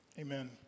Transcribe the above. Amen